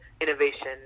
innovation